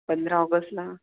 पंधरा ऑगसला